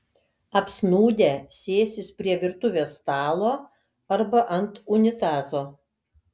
apsnūdę sėsis prie virtuvės stalo arba ant unitazo